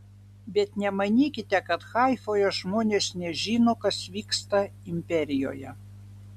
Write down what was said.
bet nemanykite kad haifoje žmonės nežino kas vyksta imperijoje